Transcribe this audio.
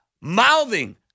mouthing